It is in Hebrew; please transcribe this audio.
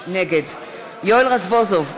נגד יואל רזבוזוב,